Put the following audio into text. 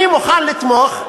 אני מוכן לתמוך,